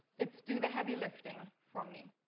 it's do the heavy lifting for me.